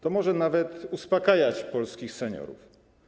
To może nawet uspokajać polskich seniorów.